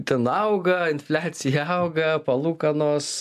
ten auga infliacija auga palūkanos